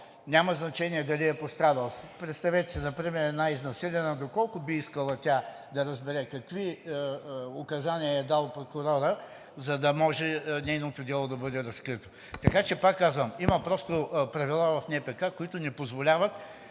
няма значение дали е пострадал, представете си например една изнасилена доколко би искала тя да разбере какви указания е дал прокурорът, за да може нейното дело да бъде разкрито. Така че, пак казвам, има правила в НПК, които не позволяват